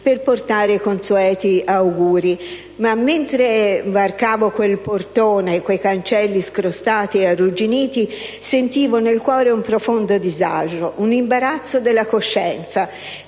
per portare i consueti auguri, ma mentre varcavo quel portone, quei cancelli scrostati e arrugginiti, sentivo nel cuore un profondo disagio, un imbarazzo della coscienza